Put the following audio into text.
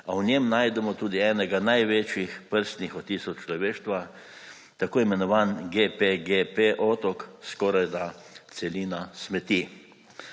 A v njem najdemo tudi enega največjih prstnih odtisov človeštva, tako imenovan GPGP otok – skorajda celina smeti.